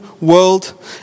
world